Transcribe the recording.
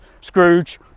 Scrooge